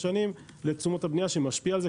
השנים ולתשומות הבנייה שמשפיעות על זה,